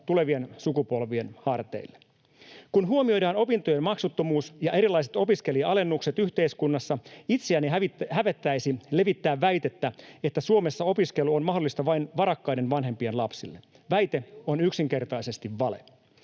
tulevien sukupolvien harteille. Kun huomioidaan opintojen maksuttomuus ja erilaiset opiskelija-alennukset yhteiskunnassa, itseäni hävettäisi levittää väitettä, että Suomessa opiskelu on mahdollista vain varakkaiden vanhempien lapsille. Väite on yksinkertaisesti vale.